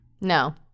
No